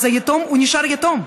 אז היתום נשאר יתום.